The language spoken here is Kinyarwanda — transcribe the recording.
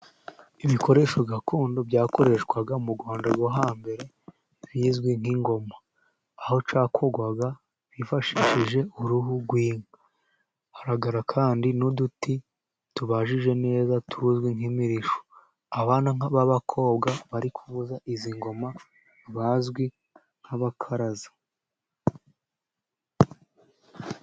Ibikoresho gakondo byakoreshwaga mu Rwanda rwo hambere bizwi nk'ingoma, aho cyakorwaga hifashishije uruhu rw'inka, hagaragara kandi n'uduti tubajije neza tuzwi nk'imirishyo, abana nka babakobwa bari kuvuza izi ngoma bazwi nk'abakaraza.